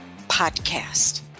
podcast